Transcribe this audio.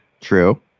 True